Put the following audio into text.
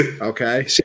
Okay